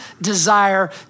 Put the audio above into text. desire